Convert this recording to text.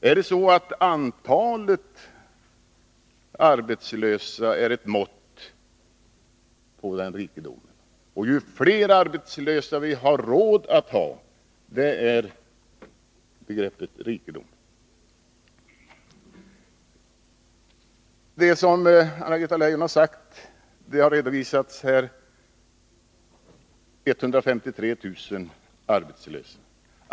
Är det så att antalet arbetslösa är ett mått på denna rikedom -— ju fler arbetslösa vi har råd att ha, desto större är vår rikedom? Vi har, som Anna-Greta Leijon här har redovisat, 153 000 arbetslösa.